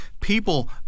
people